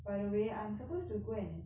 by the way I'm supposed to go and